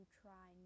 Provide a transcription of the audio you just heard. try